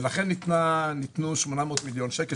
לכן ניתנו 800 מיליון שקל,